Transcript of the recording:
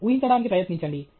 ఊహించడానికి ప్రయత్నించండి